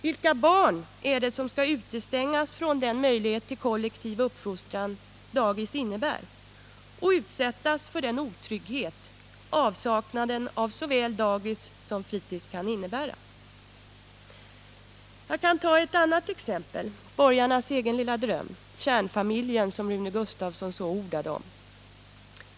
Vilka barn är det som skall utestängas från den möjlighet till kollektiv uppfostran daghemmet innebär och utsättas för den otrygghet som avsaknaden av såväl daghem som fritidshem kan medföra? Jag kan ta ett annat exempel, nämligen borgarnas egen lilla dröm — kärnfamiljen, som Rune Gustavsson ordade så mycket om.